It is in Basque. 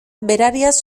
berariaz